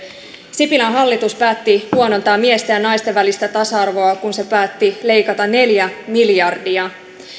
sipilän hallitus päätti huonontaa miesten ja naisten välistä tasa arvoa kun se päätti leikata neljä miljardia